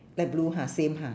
light blue ha same ha